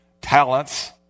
talents